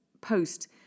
post